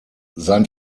sein